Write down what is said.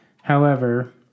However